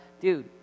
dude